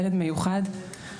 ילד מיוחד,